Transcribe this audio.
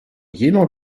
jener